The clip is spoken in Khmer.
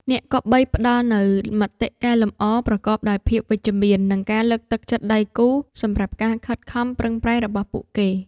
អ្នកគប្បីផ្ដល់នូវមតិកែលម្អប្រកបដោយភាពវិជ្ជមាន និងការលើកទឹកចិត្តដល់ដៃគូសម្រាប់ការខិតខំប្រឹងប្រែងរបស់ពួកគេ។